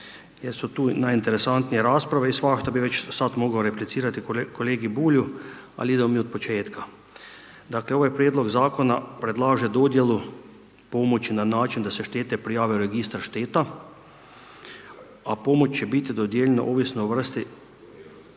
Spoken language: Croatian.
jer su tu najinteresantnije rasprave i svašta bi već sad moga replicirati kolegi Bulju, ali idemo mi od početka. Dakle, ovaj prijedlog zakona predlaže dodjelu pomoći na naših da se štete prijave u registar šteta, a pomoć će biti dodijeljena ovisno o vrsti